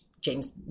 James